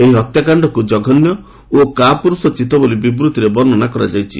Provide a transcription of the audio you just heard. ଏହି ହତ୍ୟାକାଣ୍ଡକୁ ଜଘନ୍ୟ ଓ କାପୁରୁଷ ଚିତ୍ତବୋଲି ବିବୃଭିରେ ବର୍ଣ୍ଣନା କରାଯାଇଛି